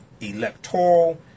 Electoral